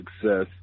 success